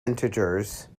integers